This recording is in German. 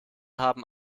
haben